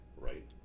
Right